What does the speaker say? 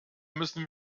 müssen